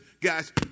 guys